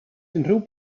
unrhyw